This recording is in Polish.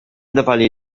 dawali